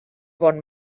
bon